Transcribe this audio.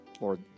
Lord